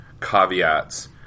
caveats